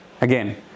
Again